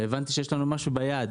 הבנתי שיש לנו משהו ביד.